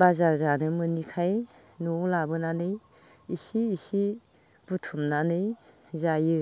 बाजार जानो मोनिखाय न'आव लाबोनानै इसे इसे बुथुमनानै जायो